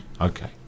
Okay